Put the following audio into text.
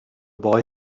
boy